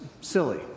silly